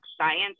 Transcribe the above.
science